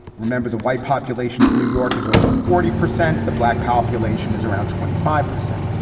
remember, the white population of new york is over forty percent. the black population is around twenty five percent.